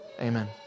Amen